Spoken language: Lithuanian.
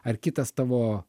ar kitas tavo